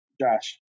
Josh